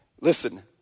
listen